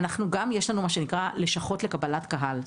יש לנו מה שנקרא לשכות לקבלת קהל.